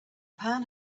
pan